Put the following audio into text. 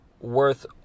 worth